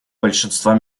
большинства